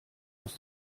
aus